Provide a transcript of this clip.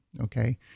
Okay